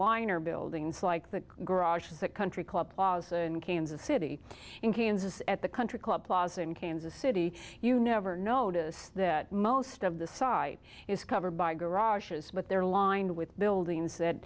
liner buildings like the garage that country club plaza in kansas city in kansas at the country club plaza in kansas city you never notice that most of the side is covered by garages but they're lined with buildings that